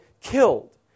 killed